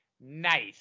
nice